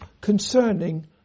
concerning